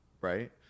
right